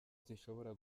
zishobora